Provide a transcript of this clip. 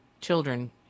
children